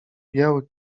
biały